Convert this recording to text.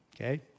Okay